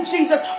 Jesus